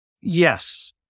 Yes